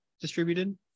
distributed